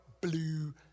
blue